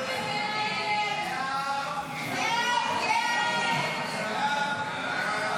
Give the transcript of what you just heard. להעביר את הצעת חוק נציב תלונות הציבור